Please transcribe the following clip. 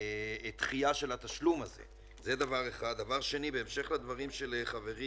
הדבר השני זו נקודה שעלתה קודם ואני שוב